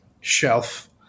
shelf